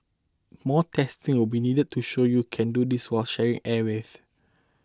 more testing will be needed to show you can do this while sharing airwaves